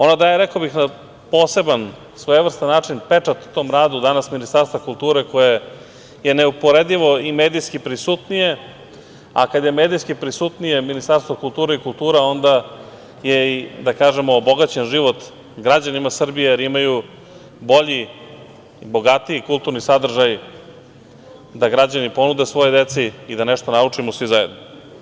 Ona daje na poseban, svojevrstan način, pečat tom radu Ministarstva kulture koje je neuporedivo i medijski prisutnije, a kada je medijski prisutnije Ministarstvo kulture i kultura, onda je i obogaćen život građanima Srbije, jer imaju bolji i bogatiji kulturni sadržaj da građani ponude svojoj deci i da nešto naučimo svi zajedno.